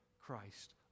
Christ